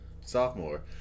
sophomore